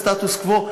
סטטוס-קוו,